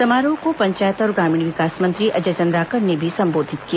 समारोह को पंचायत और ग्रामीण विकास मंत्री अजय चंद्राकर ने भी संबोधित किया